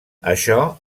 això